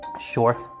short